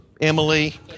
Emily